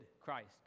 Christ